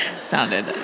sounded